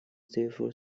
therefore